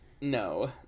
No